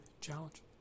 challenge